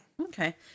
okay